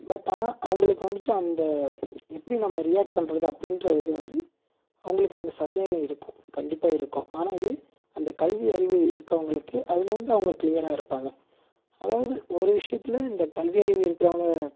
but ஆனால் அவங்களுக்கு வந்துட்டு அந்த எப்படி நம்ம ரியாக்ட் பண்ணுறது அப்படின்ற இது வந்து அவங்களுக்கு அந்த சந்தேகம் இருக்கும் கண்டிப்பாக இருக்கும் ஆனால் இது அந்த கல்வி அறிவு இருக்கிறவங்களுக்கு அதில் வந்து அவங்க க்ளியராக இருப்பாங்க அதாவது ஒரு விஷயத்தில் இந்த கல்வி அறிவு இருக்கிறவங்க